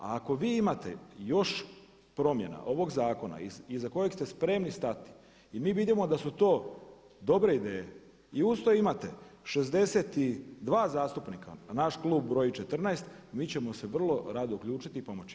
A ako vi imate još promjena ovog zakona iza kojeg ste spremni stati i mi vidimo da su to dobre ideje i uz to imate 62 zastupnika a naš klub broji 14 mi ćemo se vrlo rado uključiti i pomoći vam.